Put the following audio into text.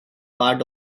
part